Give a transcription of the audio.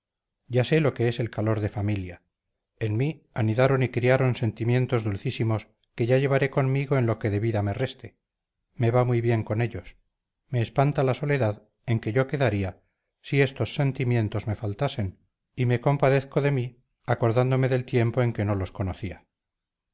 ya sé lo que es calor de familia en mí anidaron y criaron sentimientos dulcísimos que ya llevaré conmigo en lo que de vida me reste me va muy bien con ellos me espanta la soledad en que yo quedaría si estos sentimientos me faltasen y me compadezco de mí acordándome del tiempo en que no los conocía